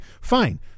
fine